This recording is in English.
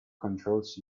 controls